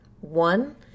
one